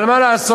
אבל מה לעשות,